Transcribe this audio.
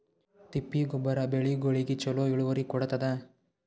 ತಿಪ್ಪಿ ಗೊಬ್ಬರ ಬೆಳಿಗೋಳಿಗಿ ಚಲೋ ಇಳುವರಿ ಕೊಡತಾದ?